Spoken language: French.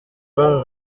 vingt